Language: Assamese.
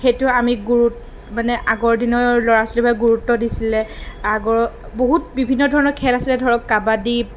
সেইটো আমি গুৰুত্ব মানে আগৰ দিনৰ ল'ৰা ছোৱালীবোৰে গুৰুত্ব দিছিলে আগৰ বহুত বিভিন্ন ধৰণৰ খেল আছিলে ধৰক কাবাডী